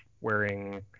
wearing